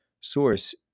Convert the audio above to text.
source